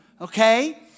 okay